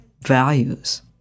values